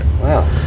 Wow